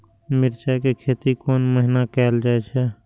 मिरचाय के खेती कोन महीना कायल जाय छै?